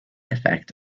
effect